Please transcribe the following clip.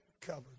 covered